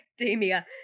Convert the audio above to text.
academia